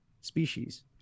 species